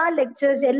lectures